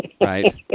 Right